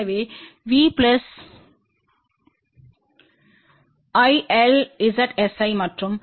எனவேV¿lZs¿ மற்றும்V ¿lZs¿